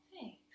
Thanks